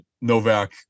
Novak